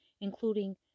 including